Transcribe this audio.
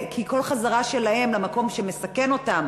כי כל חזרה שלהם למקום שמסכן אותם